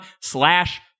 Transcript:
slash